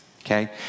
okay